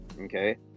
okay